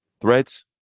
Threads